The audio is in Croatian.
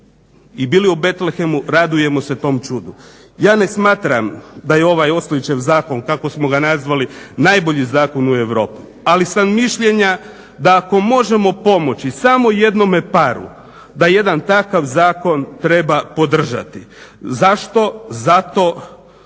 i bili u Betlehemu radujemo se tom čudu. Ja ne smatram da je ovaj Ostojićev zakon, kako smo ga nazvali najbolji zakon u Europi. Ali sam mišljenja da ako možemo pomoći samo jednome paru, da jedan takav zakon treba podržati. Zašto? Zato